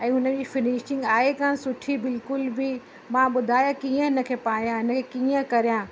ऐं हुनजी फ़िनिशिंग आहे कान सुठी बिल्कुलु बि मां ॿुधाए कीअं हिनखे पायां हिनखे कीअं कया